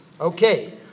Okay